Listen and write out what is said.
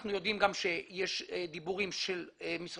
אנחנו יודעים גם שיש דיבורים של משרד